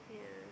yeah